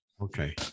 okay